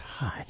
God